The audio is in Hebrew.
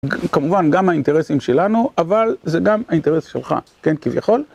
כמובן, גם האינטרסים שלנו, אבל זה גם האינטרס שלך, כן, כביכול.